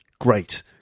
great